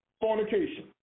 fornication